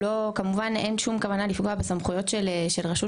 כמובן אין שום כוונה לפגוע בסמכויות של רשות